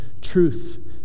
truth